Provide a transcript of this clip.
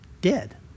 Dead